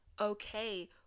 okay